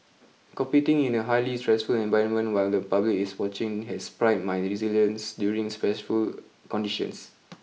competing in a highly stressful environment while the public is watching has primed my resilience during stressful conditions